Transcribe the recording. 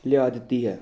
ਲਿਆ ਦਿੱਤੀ ਹੈ